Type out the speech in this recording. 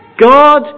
God